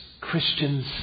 Christians